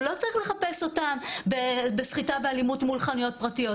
הוא לא צריך לחפש אותם בסחיטה באלימות מול חנויות פרטיות.